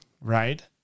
right